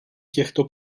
těchto